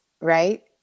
right